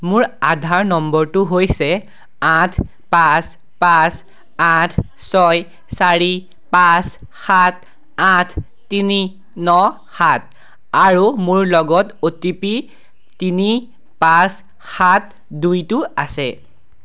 মোৰ আধাৰ নম্বৰটো হৈছে আঠ পাঁচ পাঁচ আঠ ছয় চাৰি পাঁচ সাত আঠ তিনি ন সাত আৰু মোৰ লগত অ' টি পি তিনি পাঁচ সাত দুইটো আছে